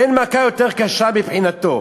אין מכה יותר קשה מבחינתו.